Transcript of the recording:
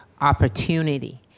opportunity